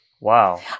Wow